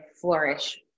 flourish